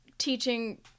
teaching